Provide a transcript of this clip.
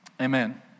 Amen